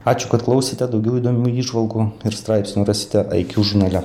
ačiū kad klausėte daugiau įdomių įžvalgų ir straipsnių rasite iq žurnale